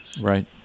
Right